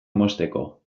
mozteko